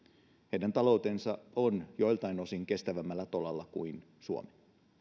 heidän taloutensa on joiltain osin kestävämmällä tolalla kuin suomen